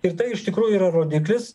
ir tai iš tikrųjų yra rodiklis